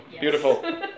beautiful